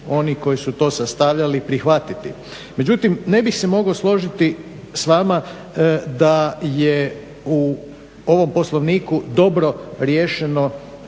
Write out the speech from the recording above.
oni koji su to sastavljali prihvatiti. Međutim, ne bih se mogao složiti s vama da je u ovom Poslovniku dobro riješeno